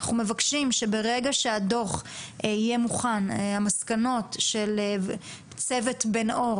אנחנו מבקשים שברגע שהדוח יהיה מוכן המסקנות של צוות בן אור